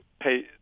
pay